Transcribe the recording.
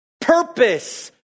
purpose